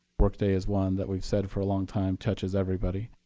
workday is one that we've said for a long time touches everybody.